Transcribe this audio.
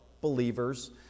believers